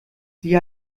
sie